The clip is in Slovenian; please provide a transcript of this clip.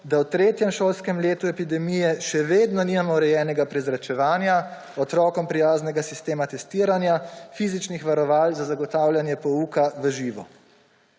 da v tretjem šolskem letu epidemije še vedno nimamo urejenega prezračevanja, otrokom prijaznega sistema testiranja, fizičnih varoval za zagotavljanje pouka v živo.